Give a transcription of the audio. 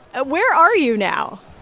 ah where are you now?